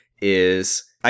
is-